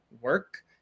work